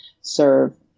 serve